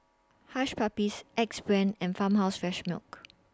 Hush Puppies Axe Brand and Farmhouse Fresh Milk